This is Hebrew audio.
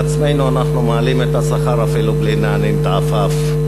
לעצמנו אנחנו מעלים את השכר אפילו בלי להניד עפעף.